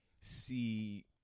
see –